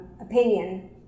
opinion